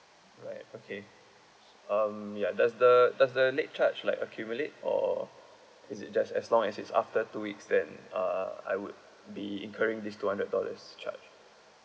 right okay um ya does the does the late charge like accumulate or is it just as long as it's after two weeks then uh I would be incurring these two hundred dollars charge